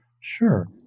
Sure